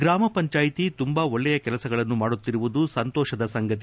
ಗ್ರಾಮ ಪಂಚಾಯಿತಿ ತುಂಬಾ ಒಳ್ಳೆಯ ಕೆಲಸಗಳನ್ನು ಮಾಡುತ್ತಿರುವುದು ಸಂತೋಷದ ಸಂಗತಿ